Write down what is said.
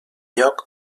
lloc